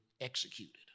executed